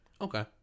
Okay